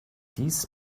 dies